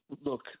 Look